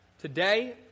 Today